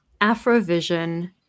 Afrovision